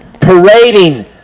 parading